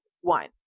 one